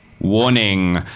warning